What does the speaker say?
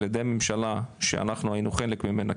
על ידי הממשלה שאנחנו היינו חלק ממנה,